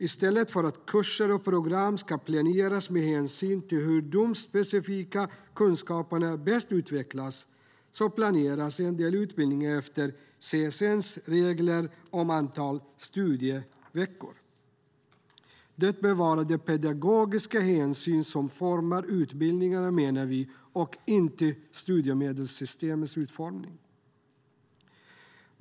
I stället för att kurser och program planeras med hänsyn till hur de specifika kunskaperna bäst utvecklas planeras en del utbildningar efter CSN:s regler om antal studieveckor. Vi menar att det bör vara pedagogiska hänsyn som formar utbildningarna, inte studiemedelssystemets utformning.